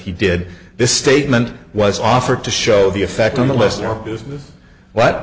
he did this statement was offered to show the effect on the listener business